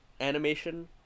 animation